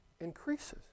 increases